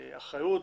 אחריות,